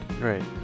Right